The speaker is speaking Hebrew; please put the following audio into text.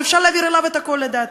ולדעתי אפשר להעביר אליו את הכול.